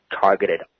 targeted